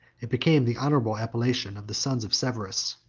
it became the honorable appellation of the sons of severus,